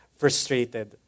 frustrated